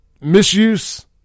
Misuse